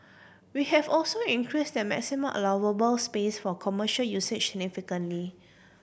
we have also increase the maximum allowable space for commercial usage significantly